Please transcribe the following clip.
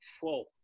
whoa